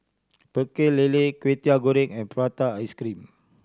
Pecel Lele Kway Teow Goreng and prata ice cream